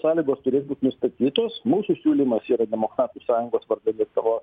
sąlygos turės būt nustatytos mūsų siūlymas yra demokratų sąjungos vardan lietuva